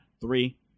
Three